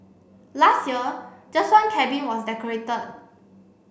last year just one cabin was decorated